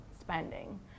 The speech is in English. spending